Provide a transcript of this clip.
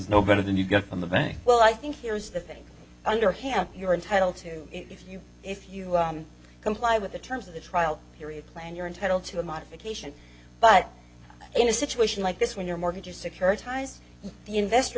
no better than you got from the bank well i think here's the thing under hand you are entitled to if you if you comply with the terms of the trial period plan you're entitled to a modification but in a situation like this when your mortgage is securitize the investor